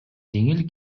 жеңил